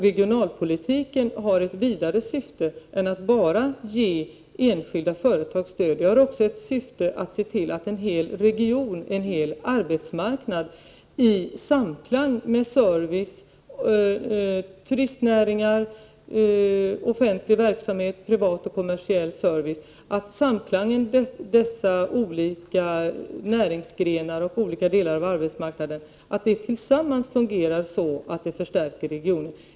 Regionalpolitiken har också ett vidare syfte än att bara ge enskilda företag stöd. Regionalpolitiken har också till syfte att se till att det i en hel region, på en hel arbetsmarknad, finns en samklang mellan service, turistnäringar, offentlig verksamhet och privat och kommersiell service. De olika näringsgrenarna och de olika delarna av arbetsmarknaden skall tillsammans fungera så att de förstärker regionen.